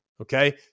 okay